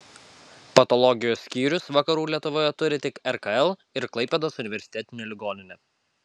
patologijos skyrius vakarų lietuvoje turi tik rkl ir klaipėdos universitetinė ligoninė